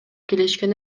келишкен